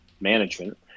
management